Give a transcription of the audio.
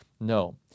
No